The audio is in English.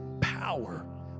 power